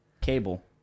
Cable